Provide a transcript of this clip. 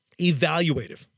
evaluative